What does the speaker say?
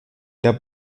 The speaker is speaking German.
der